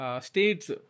States